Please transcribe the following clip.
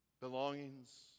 belongings